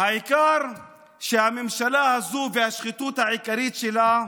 העיקר הוא שהממשלה הזאת, השחיתות העיקרית שלה,